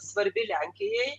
svarbi lenkijai